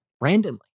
randomly